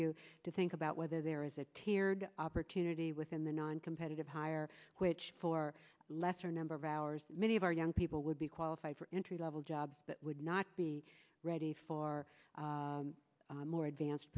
you to think about whether there is a tiered opportunity within the noncompetitive hire which for lesser number of hours many of our young people would be qualified for entry level jobs that would not be ready for more advanced